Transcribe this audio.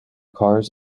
cars